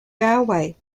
railway